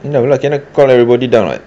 you know lah cannot call everybody down [what]